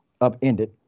upended